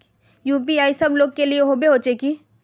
UPI सब लोग के लिए होबे होचे की?